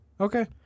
Okay